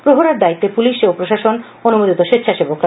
প্রহরার দায়িত্বে পুলিশ ও প্রশাসন অনুমোদিত স্বেচ্ছাসেবকরা